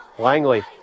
Langley